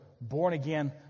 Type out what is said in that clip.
born-again